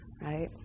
right